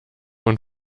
und